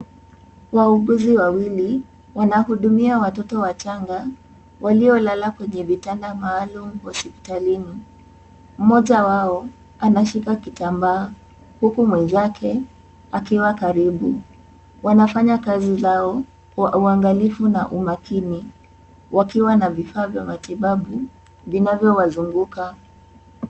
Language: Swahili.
Wauguzi wawili wanahudumia watoto wachanga waliolala kwenye vitanda maalum hospitalini, mmoja wao ameshika kitambaa huku mwenzake akiwa karibu wanafanya kazi zao kwa uangalifu na umakini wakiwa na vifaa vya matibabu vinavyowazunguka.